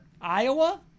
Iowa